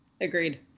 agreed